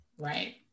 right